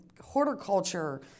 horticulture